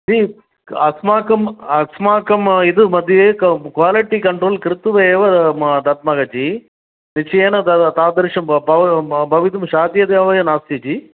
जी अस्माकम् अस्माकम् इदु मध्ये क्वालिटि कण्ट्रोल् कृत्वा एव दद्मः जी निश्चयेन तद् तादृश बव भवितुं शाद्यता एव नास्ति जी